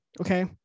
Okay